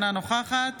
אינה נוכחת